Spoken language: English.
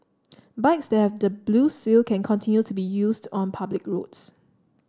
bikes that have the blue seal can continue to be used on public roads